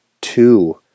Two